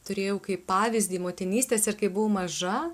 turėjau kaip pavyzdį motinystės ir kai buvau maža